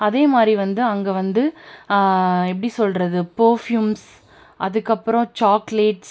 அதேமாதிரி வந்து அங்கே வந்து எப்படி சொல்கிறது பெர்ஃபியூம்ஸ் அதுக்கப்பறம் சாக்லேட்ஸ்